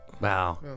Wow